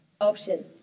option